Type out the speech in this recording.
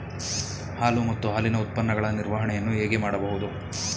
ಹಾಲು ಮತ್ತು ಹಾಲಿನ ಉತ್ಪನ್ನಗಳ ನಿರ್ವಹಣೆಯನ್ನು ಹೇಗೆ ಮಾಡಬಹುದು?